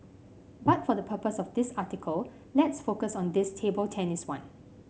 but for the purpose of this article let's focus on this table tennis one